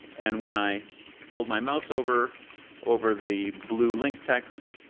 and when i hold my mouse over over the blue link text,